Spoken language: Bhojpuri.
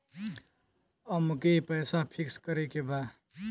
अमके पैसा फिक्स करे के बा?